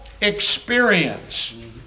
experience